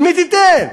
למי תיתן?